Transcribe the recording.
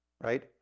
right